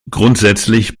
grundsätzlich